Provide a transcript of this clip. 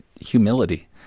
humility